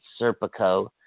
Serpico